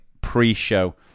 pre-show